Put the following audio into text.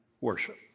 worship